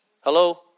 Hello